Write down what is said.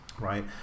Right